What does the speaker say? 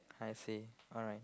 I see alright